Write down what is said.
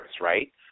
right